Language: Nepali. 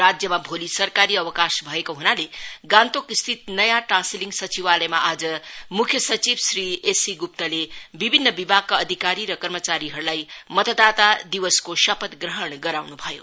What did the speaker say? राज्यमा भोलि सरकारी अवकाश भएको हुनाले गान्तोकस्थित नयाँ टासीलिङ सचिवालयमा आज मुख्य सचिव श्री एससी गुप्ताले विभिन्न विभागका अधिकारी र कर्मचारीहरूलाई मतदाता दिवसको शपथ ग्रहण गराउनु भयो